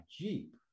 jeep